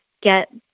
get